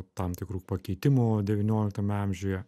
tam tikrų pakeitimų devynioliktame amžiuje